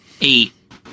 eight